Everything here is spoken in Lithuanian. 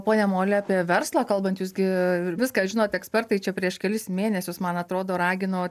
pone moli apie verslą kalbant jūs gi viską žinot ekspertai čia prieš kelis mėnesius man atrodo ragino